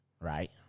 right